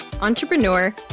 entrepreneur